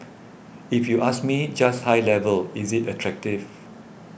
if you ask me just high level is it attractive